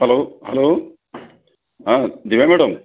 hello hello Divya madam